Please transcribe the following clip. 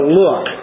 look